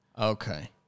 Okay